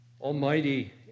Almighty